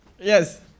Yes